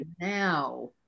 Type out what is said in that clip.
now